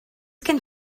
gen